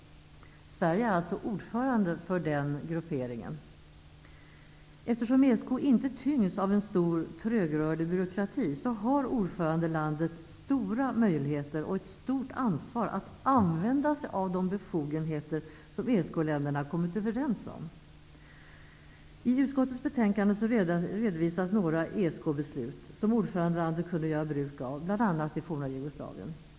Sverige är alltså ordförande för den grupperingen. Eftersom ESK inte tyngs av en stor trögrörlig byråkrati, har ordförandelandet stora möjligheter och ett stort ansvar att använda sig av de befogenheter som ESK-länderna kommit överens om. I utskottets betänkande redovisas några ESK beslut, som ordförandelandet kunde göra bruk av i bl.a. Jugoslavien.